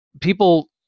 people